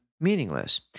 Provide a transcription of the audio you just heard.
meaningless